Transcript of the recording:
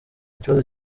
kibazo